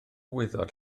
wyddor